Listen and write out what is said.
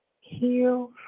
heal